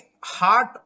heart